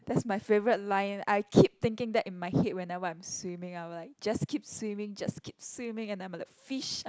that's my favourite line I keep thinking that in my head whenever I'm swimming I will like just keep swimming just keep swimming and I'm like a fish